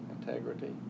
integrity